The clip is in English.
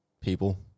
People